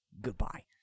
Goodbye